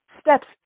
Steps